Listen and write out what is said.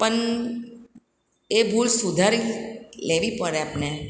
પણ એ ભૂલ સુધારી લેવી પડે આપણે